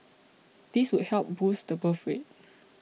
this would help boost the birth rate